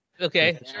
Okay